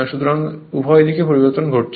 সুতরাং উভয় দিক পরিবর্তন হচ্ছে